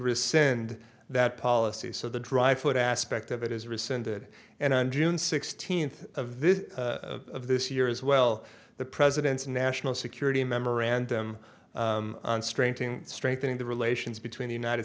rescind that policy so the dr foote aspect of it is rescinded and on june sixteenth of this of this year as well the president's national security memorandum strengthening strengthening the relations between the united